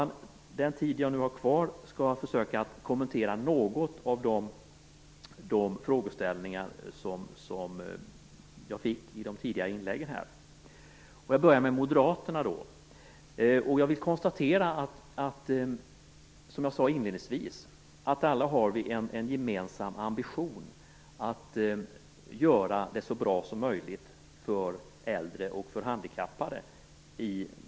Under den taletid som jag nu har kvar skall jag försöka att kommentera några av de frågor som ställdes till mig i de tidigare inläggen. Jag börjar med att vända mig till Moderaterna. Som jag sade inledningsvis har vi alla på de politikområden som vi nu diskuterar en gemensam ambition att göra det så bra som möjligt för äldre och handikappade.